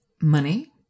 money